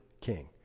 king